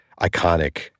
iconic